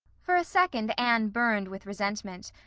for a second anne burned with resentment.